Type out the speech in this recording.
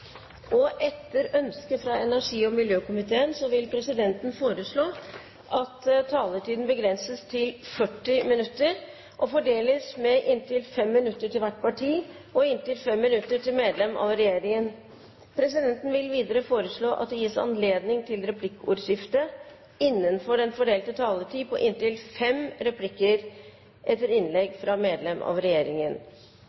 6. Etter ønske fra energi- og miljøkomiteen vil presidenten foreslå at taletiden begrenses til 40 minutter og fordeles med inntil 5 minutter til hvert parti og inntil 5 minutter til medlem av regjeringen. Presidenten vil videre foreslå at det gis anledning til replikkordskifte på inntil fem replikker med svar etter innlegg fra medlem av regjeringen innenfor den fordelte taletid.